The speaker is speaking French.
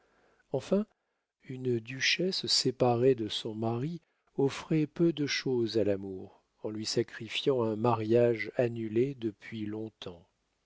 enfin une duchesse séparée de son mari offrait peu de chose à l'amour en lui sacrifiant un mariage annulé depuis long-temps